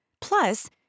Plus